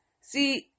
See